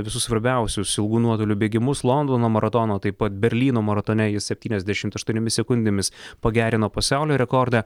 visus svarbiausius ilgų nuotolių bėgimus londono maratono taip pat berlyno maratone jis septyniasdešimt aštuoniomis sekundėmis pagerino pasaulio rekordą